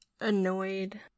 annoyed